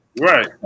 right